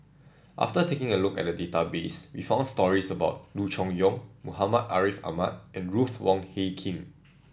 after taking a look at the database we found stories about Loo Choon Yong Muhammad Ariff Ahmad and Ruth Wong Hie King